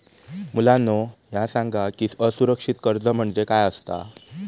मुलांनो ह्या सांगा की असुरक्षित कर्ज म्हणजे काय आसता?